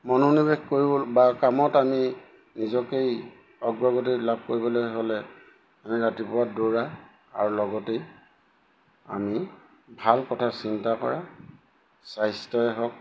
মনোনিৱেশ কৰিব বা কামত আমি নিজকেই অগ্ৰগতি লাভ কৰিবলৈ হ'লে আমি ৰাতিপুৱা দৌৰা আৰু লগতেই আমি ভাল কথা চিন্তা কৰা স্বাস্থ্যই হওক